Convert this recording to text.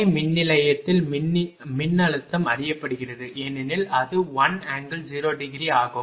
துணை மின்நிலையத்தில் மின்னழுத்தம் அறியப்படுகிறது ஏனெனில் அது 1∠0 ° ஆகும்